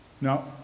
Now